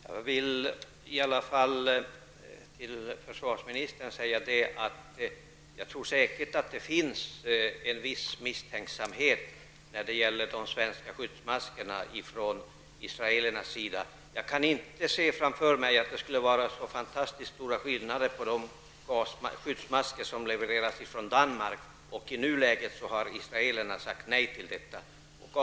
Herr talman! Jag vill i alla fall framhålla för försvarsministern att jag tror att det finns en viss misstänksamhet från israelernas sida när det gäller de svenska skyddsmaskerna. Jag kan inte se att det kan vara en oerhört stor skillnad mellan de skyddsmasker som levereras från Danmark och de svenska, och nu har israelerna sagt nej till leverans från Danmark.